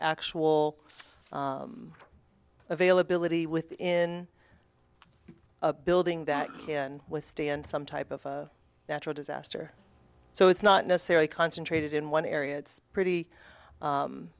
actual availability within a building that can withstand some type of natural disaster so it's not necessarily concentrated in one area it's pretty